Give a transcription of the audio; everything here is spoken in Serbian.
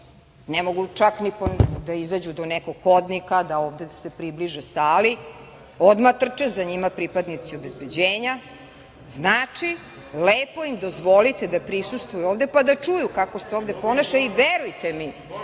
ne mogu čak ni da izađu do nekog hodnika, da se ovde približe sali, odmah trče za njima pripadnici obezbeđenja. Znači, lepo im dozvolite da prisustvuju ovde, pa da čuju kako se ovde ponaša i verujte mi